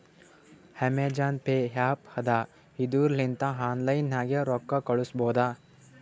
Amazon pay app ಅದಾ ಇದುರ್ ಲಿಂತ ಆನ್ಲೈನ್ ನಾಗೆ ರೊಕ್ಕಾ ಕಳುಸ್ಬೋದ